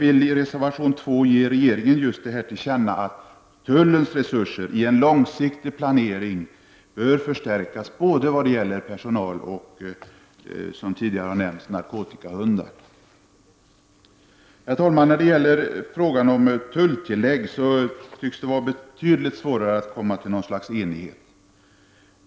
I reservation 2 vill vi ändock ge regeringen till känna att tullens resurser i en långsiktig planering bör förstärkas både vad gäller personal och, som tidigare har nämnts, narkotikahundar. Herr talman! När det gäller frågan om tulltillägg tycks det vara betydligt svårare att komma till någon enighet.